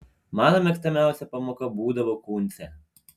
mano mėgstamiausia pamoka būdavo kūncė